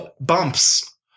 bumps